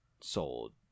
sold